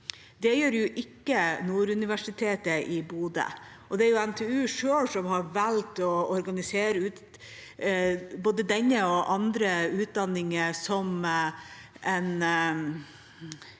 Det gjør ikke Nord universitet i Bodø. Det er NTNU selv som har valgt å organisere både denne utdanningen og andre utdanninger som et